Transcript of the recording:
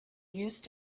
used